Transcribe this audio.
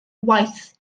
waith